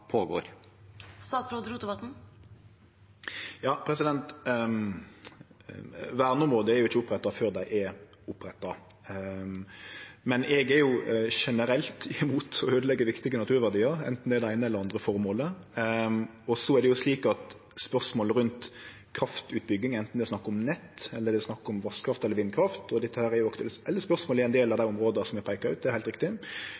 er jo ikkje oppretta før dei er oppretta, men eg er generelt imot å øydeleggje viktige naturverdiar, enten det er det eine eller det andre formålet. Så er det jo slik at spørsmålet rundt kraftutbygging, enten det er snakk om nett, eller det er snakk om vasskraft eller vindkraft – og dette er jo aktuelle spørsmål i ein del av dei områda som er peika ut, det er heilt riktig